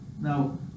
Now